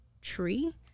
tree